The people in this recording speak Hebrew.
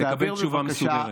תקבל תשובה מסודרת.